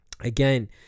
Again